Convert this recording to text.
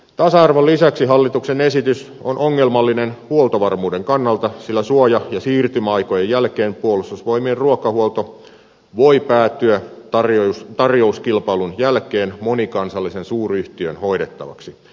tasa arvon lisäksi hallituksen esitys on ongelmallinen huoltovarmuuden kannalta sillä suoja ja siirtymäaikojen jälkeen puolustusvoimien ruokahuolto voi päätyä tarjouskilpailun jälkeen monikansallisen suuryhtiön hoidettavaksi